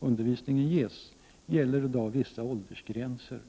undervisningen ges, gäller i dag vissa åldersgränser.